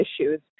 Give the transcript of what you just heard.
issues